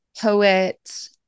poet